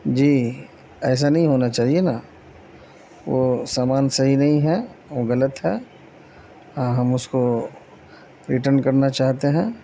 جی ایسا نہیں ہونا چاہیے نا وہ سامان صحیح نہیں ہے وہ غلط ہے ہاں ہم اس کو ریٹرن کرنا چاہتے ہیں